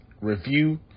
review